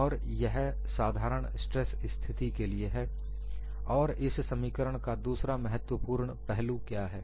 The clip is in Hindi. और यह साधारण स्ट्रेस स्थिति के लिए है और इस समीकरण का दूसरा महत्वपूर्ण पहलू क्या है